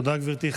תודה, גברתי.